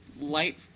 light